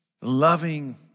loving